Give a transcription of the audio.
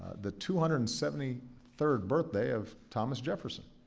the two hundred and seventy third birthday of thomas jefferson.